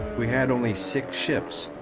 we had only six ships,